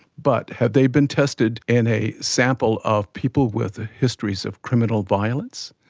but have they been tested in a sample of people with ah histories of criminal violence?